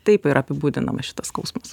taip yra apibūdinama šitas skausmas